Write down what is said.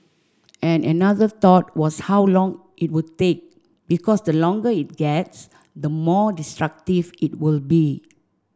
and another thought was how long it would take because the longer it gets the more destructive it will be